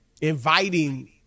inviting